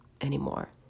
anymore